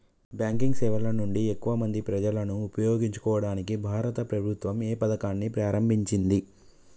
Banking సేవల నుండి ఎక్కువ మంది ప్రజలను ఉపయోగించుకోవడానికి భారత ప్రభుత్వం ఏ పథకాన్ని ప్రారంభించింది?